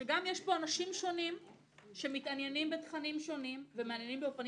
שיש פה אנשים שונים שמתעניינים בתכנים שונים ומעניינים באופנים